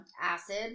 Acid